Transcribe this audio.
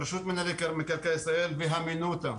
הרשות למקרקעי ישראל והימנותא.